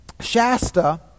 Shasta